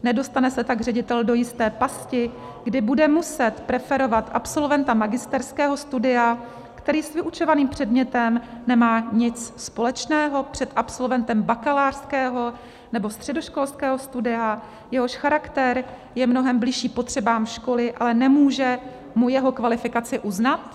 Nedostane se tak ředitel do jisté pasti, kdy bude muset preferovat absolventa magisterského studia, který s vyučovaným předmětem nemá nic společného, před absolventem bakalářského nebo středoškolského studia, jehož charakter je mnohem bližší potřebám školy, ale nemůže mu jeho kvalifikaci uznat?